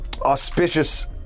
auspicious